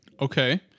okay